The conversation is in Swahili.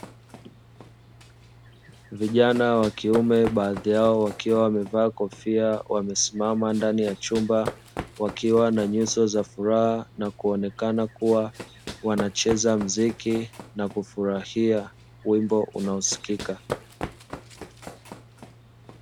Vijana wa kiume baadhi yao wakiwa wamevaa kofia, wamesimama ndani ya chumba wakiwa na nyuso za furaha, wakionekana wanacheza mziki na kufurahia wimbo unaosikika.